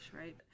right